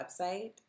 website